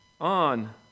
on